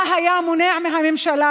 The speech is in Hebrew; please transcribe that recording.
מה מנע מהממשלה,